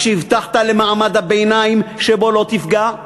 כשהבטחת למעמד הביניים שבו לא תפגע?